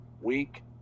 week